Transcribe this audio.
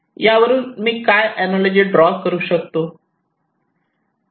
यावरून मी काय अनालॉजी ड्रॉ करू शकतो